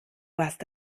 warst